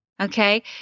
Okay